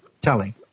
telling